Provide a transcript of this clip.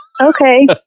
Okay